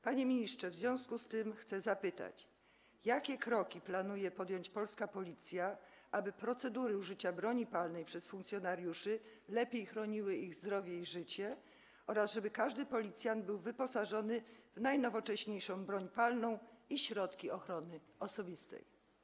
Panie ministrze, w związku z tym chcę zapytać: Jakie kroki planuje podjąć polska Policja, aby procedury użycia broni palnej przez funkcjonariuszy lepiej chroniły ich zdrowie i życie oraz żeby każdy policjant był wyposażony w najnowocześniejszą broń palną i środki ochrony osobistej?